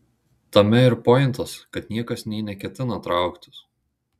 tame ir pointas kad niekas nė neketina trauktis